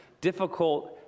difficult